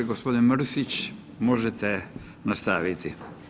Gospodin Mrsić možete nastaviti.